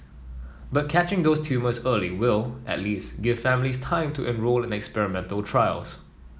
but catching those tumours early will at least give families time to enrol in experimental trials